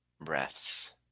breaths